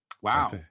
Wow